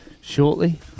shortly